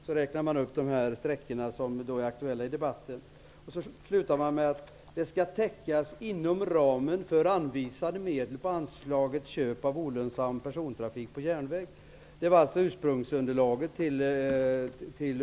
De räknar sedan upp de sträckor som är aktuella i denna debatt. De avslutar med att kostnaderna skall täckas inom ramen för anvisade medel på anslaget köp av olönsam persontrafik på järnväg. Detta var alltså ursprungsunderlaget till utskottet.